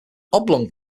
oblong